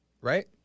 Right